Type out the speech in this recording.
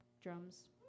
drums